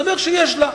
מסתבר שיש לה.